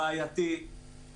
בעייתי,